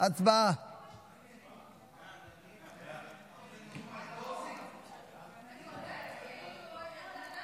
להצבעה על הצעת חוק יום האחדות,